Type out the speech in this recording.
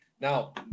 now